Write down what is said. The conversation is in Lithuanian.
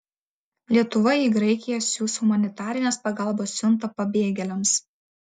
lietuva į graikiją siųs humanitarinės pagalbos siuntą pabėgėliams